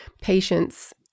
patient's